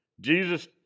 Jesus